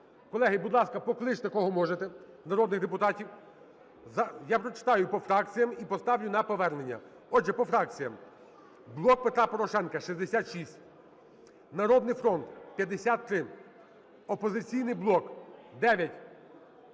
Колеги, будь ласка, покличте кого можете, народних депутатів. Я прочитаю по фракціям і поставлю на повернення. Отже, по фракціям "Блок Петра Порошенка" – 66, "Народний фронт" – 53, "Опозиційний блок" –